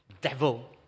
devil